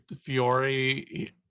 Fiore